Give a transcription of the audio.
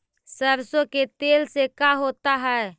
सरसों के तेल से का होता है?